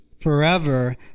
forever